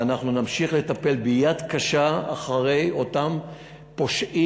ואנחנו נמשיך לטפל ביד קשה באותם פושעים